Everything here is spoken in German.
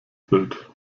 bild